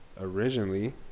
originally